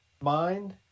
mind